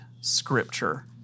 Scripture